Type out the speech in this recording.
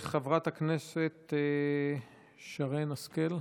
חברת הכנסת שרן השכל,